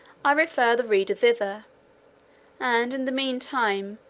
i refer the reader thither and, in the mean time,